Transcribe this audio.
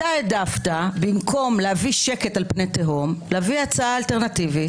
אתה במקום להביא שקט על פני תהום העדפת להביא הצעה אלטרנטיבית,